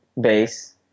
base